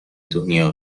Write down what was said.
دنیا